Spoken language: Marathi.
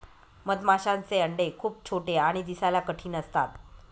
मधमाशांचे अंडे खूप छोटे आणि दिसायला कठीण असतात